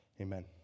amen